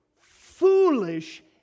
foolish